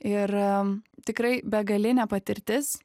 ir tikrai begalinė patirtis